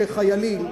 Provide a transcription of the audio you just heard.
שחיילים,